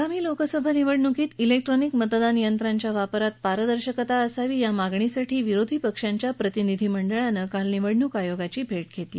आगामी लोकसभा निवडणुकीत जिक्ट्रॉनिक मतदान यंत्राच्या वापरात पारदर्शकता असावी या मागणीसाठी विरोधी पक्षांच्या प्रतिनिधी मंडळानं काल निवडणूक आयोगाची भेट घेतली